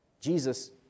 Jesus